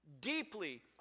Deeply